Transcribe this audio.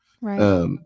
Right